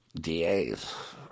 DAs